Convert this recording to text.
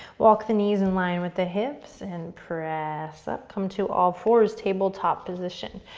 walk the knees in line with the hips and press up. come to all fours, tabletop position.